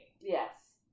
Yes